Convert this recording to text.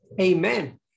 amen